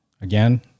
Again